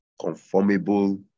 conformable